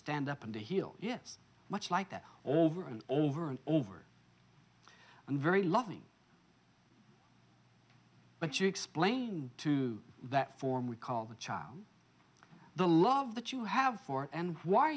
stand up and the heel is much like that or over and over and over and very loving but you explain to that form we call the child the love that you have for and why